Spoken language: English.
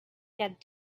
get